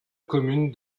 commune